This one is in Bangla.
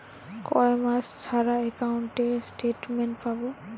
কয় মাস ছাড়া একাউন্টে স্টেটমেন্ট পাব?